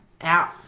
Out